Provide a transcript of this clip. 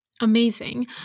Amazing